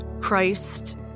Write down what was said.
Christ